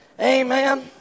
Amen